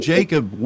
Jacob